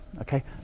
okay